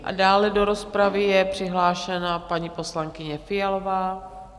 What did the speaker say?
A dále do rozpravy je přihlášena paní poslankyně Fialová.